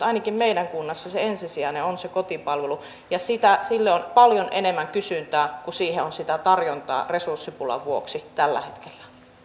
ainakin meidän kunnassa se ensisijainen on se kotipalvelu ja sille on paljon enemmän kysyntää kuin siihen on sitä tarjontaa resurssipulan vuoksi tällä hetkellä